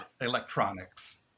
electronics